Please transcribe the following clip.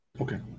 Okay